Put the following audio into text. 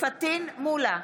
פטין מולא,